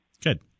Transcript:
Good